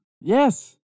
Yes